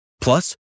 Plus